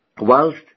Whilst